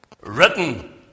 written